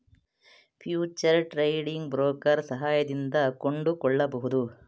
future trading broker ಸಹಾಯದಿಂದ ಕೊಂಡುಕೊಳ್ಳಬಹುದು